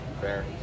Fair